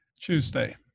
tuesday